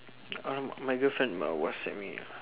!alamak! my girlfriend um whatsapp me ah